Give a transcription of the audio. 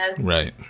Right